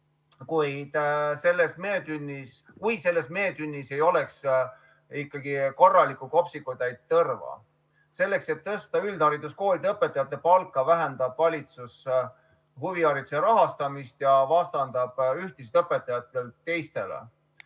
kui selles meetünnis ei oleks ikkagi korralikku kopsikutäit tõrva. Selleks et tõsta üldhariduskoolide õpetajate palka, vähendab valitsus huvihariduse rahastamist ja vastandab ühtesid õpetajaid teistele.